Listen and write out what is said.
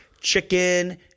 chicken